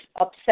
upset